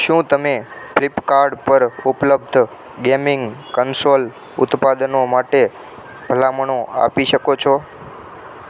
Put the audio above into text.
શું તમે ફ્લીપકાર્ટ પર ઉપલબ્ધ ગેમિંગ કન્સોલ ઉત્પાદનો માટે ભલામણો આપી શકો છો